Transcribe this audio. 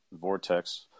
Vortex